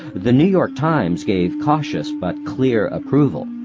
the new york times gave cautious but clear approval.